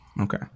Okay